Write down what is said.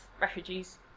refugees